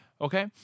Okay